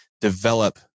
develop